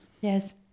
yes